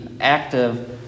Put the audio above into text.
active